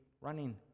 running